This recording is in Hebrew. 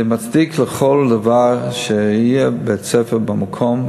זה מצדיק לכל דבר שיהיה בית-ספר במקום,